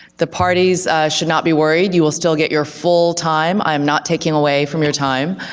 the parties should not be worried, you will still get your full time, i am not taking away from your time.